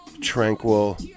tranquil